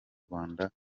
rwanda